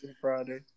Friday